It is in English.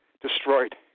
destroyed